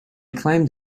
climbed